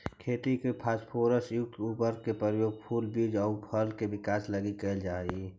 खेती में फास्फोरस युक्त उर्वरक के प्रयोग फूल, बीज आउ फल के विकास लगी कैल जा हइ